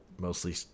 mostly